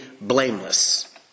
blameless